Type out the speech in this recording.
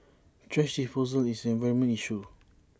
thrash disposal is an environmental issue